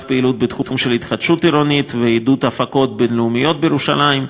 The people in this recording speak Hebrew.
פעילות בתחום של התחדשות עירונית ועידוד הפקות בין-לאומיות בירושלים.